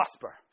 prosper